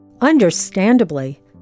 Understandably